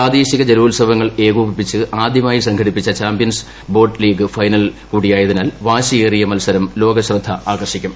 പ്രാദേശിക ജലോത്സവങ്ങൾ ഏകോപിപ്പിച്ച് ആദ്യമായി സംഘടിപ്പിച്ച ചാമ്പ്യൻസ് ബോട്ട്ലീഗ് ഫൈനൽ കൂടിയായതിനാൽ വാശിയേക്കിയ്ക് മത്സരം ലോക ശ്രദ്ധ ആകർഷിക്കും